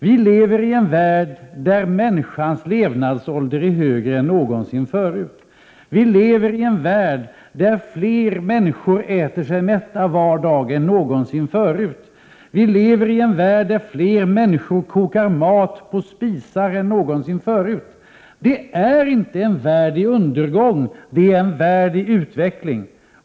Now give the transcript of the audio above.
Vi lever i en värld där människans levnadsålder är högre än någonsin tidigare. Vi lever i en värld där fler människor äter sig mätta var dag än någonsin tidigare. Vi lever i en värld där fler människor kokar mat på spisen än någonsin tidigare. Det är inte en värld i undergång. Det är en värld i utveckling.